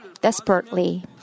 desperately